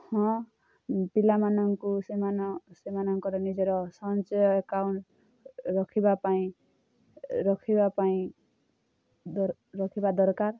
ହଁ ପିଲାମାନଙ୍କୁ ସେମାନ ସେମାଙ୍କର ନିଜର ସଞ୍ଚୟ ଏକାଉଣ୍ଟ୍ ରଖିବା ପାଇଁ ରଖିବା ପାଇଁ ରଖିବା ଦରକାର